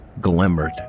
glimmered